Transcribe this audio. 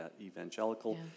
evangelical